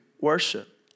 worship